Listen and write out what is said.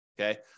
Okay